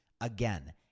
Again